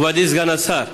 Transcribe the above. מכובדי סגן השר,